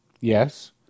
Yes